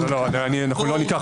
לא, אנחנו לא ניקח